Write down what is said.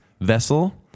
vessel